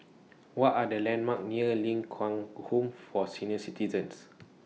What Are The landmarks near Ling Kwang Home For Senior Citizens